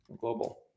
global